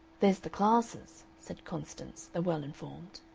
there's the classes, said constance, the well-informed.